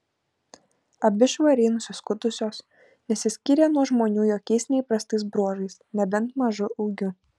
abi švariai nusiskutusios nesiskyrė nuo žmonių jokiais neįprastais bruožais nebent mažu ūgiu